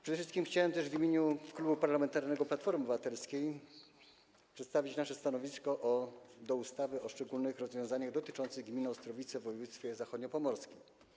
Przede wszystkim chciałem też w imieniu Klubu Parlamentarnego Platforma Obywatelska przedstawić nasze stanowisko w sprawie ustawy o szczególnych rozwiązaniach dotyczących gminy Ostrowice w województwie zachodniopomorskim.